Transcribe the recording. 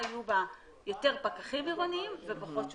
יהיו בה יותר פקחים עירוניים ופחות שוטרים.